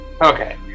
Okay